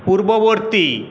পূর্ববর্তী